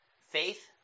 Faith